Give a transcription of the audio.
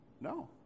no